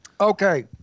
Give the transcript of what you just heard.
okay